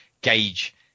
gauge